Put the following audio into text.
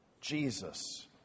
Jesus